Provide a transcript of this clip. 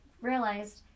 realized